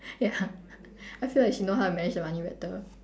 ya I feel like she know how to manage the money better